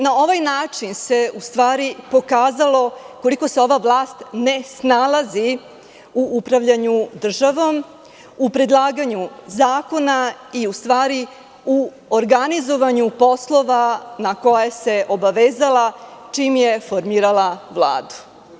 Na ovaj način se ustvari pokazalo koliko se ova vlast ne snalazi u upravljanju državom, u predlaganju zakona i ustvari u organizovanju poslova na koje se obavezala čim je formirala Vladu.